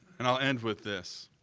and i'll end with this.